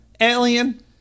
alien